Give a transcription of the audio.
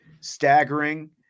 staggering